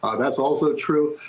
and that is also true.